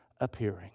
appearing